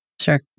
Sure